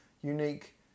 unique